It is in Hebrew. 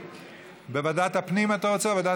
3. חבר הכנסת בנימין בגין אומר,